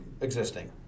existing